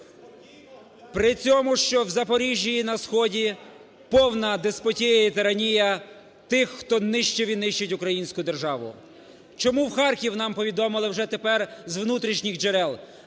При цьому, що в Запоріжжі і на сході повна деспотія і тиранія тих, хто нищив і нищить українську державу. Чому в Харків, нам повідомили вже тепер з внутрішніх джерел.